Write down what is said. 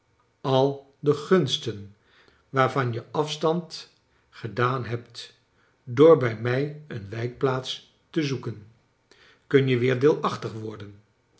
al de gunst en waarvan je af stand gedaan hebt door bij mij een wijkplaats te zoeken kun je weer deelachtig worden